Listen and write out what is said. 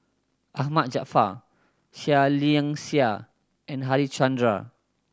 Ahmad Jaafar Seah Liang Seah and Harichandra